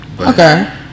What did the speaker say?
okay